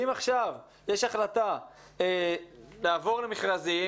אם עכשיו יש החלטה לעבור למכרזים,